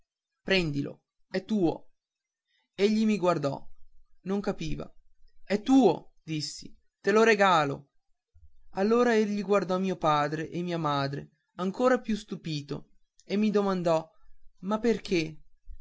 prendilo è tuo egli mi guardò non capiva è tuo dissi te lo regalo allora egli guardò mio padre e mia madre ancora più stupito e mi domandò ma perché